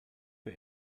für